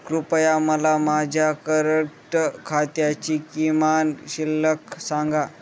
कृपया मला माझ्या करंट खात्याची किमान शिल्लक सांगा